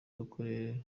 w’akarere